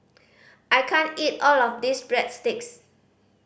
I can't eat all of this Breadsticks